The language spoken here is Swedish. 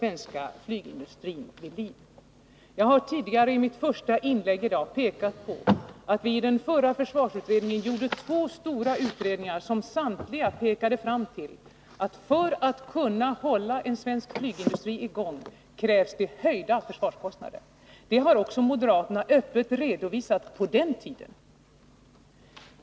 I mitt första inlägg i dag pekade jag på att vi i den förra försvarsutredningen gjorde två stora undersökningar som båda pekade fram till att för att kunna hålla en svensk flygindustri i gång krävs det höjda försvarsanslag. Det redovisades också öppet av moderaterna på den tiden.